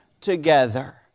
together